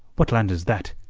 what land is that?